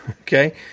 okay